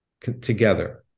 together